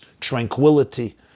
tranquility